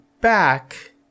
back